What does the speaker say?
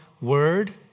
word